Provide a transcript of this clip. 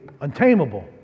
untamable